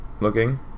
looking